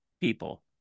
people